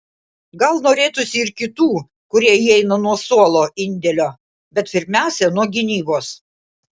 gal norėtųsi ir kitų kurie įeina nuo suolo indėlio bet pirmiausia nuo gynybos